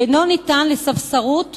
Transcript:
שאינו ניתן לספסרות